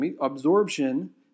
absorption